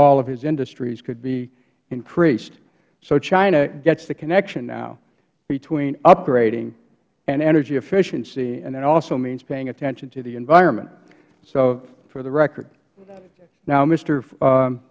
all of his industries could be increased so china gets the connection now between upgrading and energy efficiency and that it also means paying attention to the environment so for the record